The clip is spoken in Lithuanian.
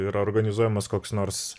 ir organizuojamas koks nors